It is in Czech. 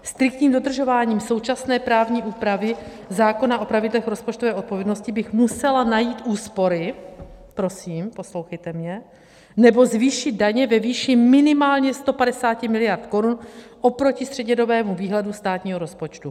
Striktním dodržováním současné právní úpravy zákona o pravidlech rozpočtové odpovědnosti bych musela najít úspory prosím, poslouchejte mě nebo zvýšit daně ve výši minimálně 150 mld. korun oproti střednědobému výhledu státního rozpočtu.